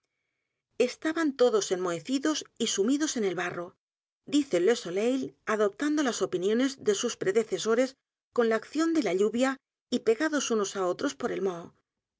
estaban todos enmohecidos y sumidos en el barro dice le soleil adoptando las opiniones de sus predecesores con la acción de la lluvia y pegados unos á otros por el moho